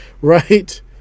right